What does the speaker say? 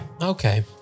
Okay